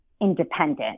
independent